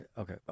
okay